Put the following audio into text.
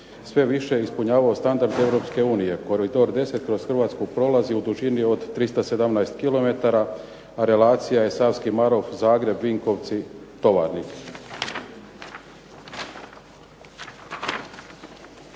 sve više ispunjavao standard EU. Koridor 10 kroz Hrvatsku prolazi u dužini od 317 km a relacija je Savski Marof-Zagreb-Vinkovci-Tovarnik.